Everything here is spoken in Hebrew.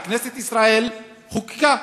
שכנסת ישראל חוקקה,